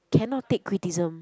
cannot take criticism